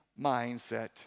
mindset